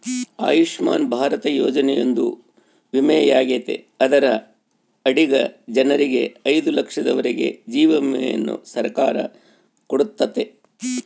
ಆಯುಷ್ಮನ್ ಭಾರತ ಯೋಜನೆಯೊಂದು ವಿಮೆಯಾಗೆತೆ ಅದರ ಅಡಿಗ ಜನರಿಗೆ ಐದು ಲಕ್ಷದವರೆಗೂ ಜೀವ ವಿಮೆಯನ್ನ ಸರ್ಕಾರ ಕೊಡುತ್ತತೆ